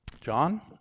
John